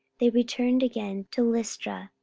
they returned again to lystra,